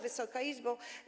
Wysoka Izbo!